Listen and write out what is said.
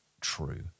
true